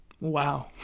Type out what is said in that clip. Wow